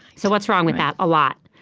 so what's wrong with that? a lot.